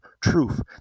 truth